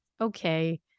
okay